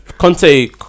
Conte